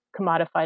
commodified